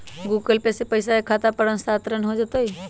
Google pay से पईसा खाता पर स्थानानंतर हो जतई?